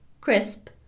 crisp